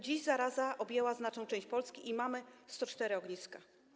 Dziś zaraza objęła znaczną część Polski i mamy 104 ogniska.